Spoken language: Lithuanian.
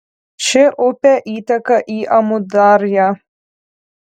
ši upė įteka į amudarją